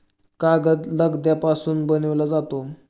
कागद लगद्यापासून बनविला जातो